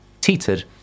teetered